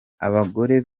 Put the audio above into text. abagore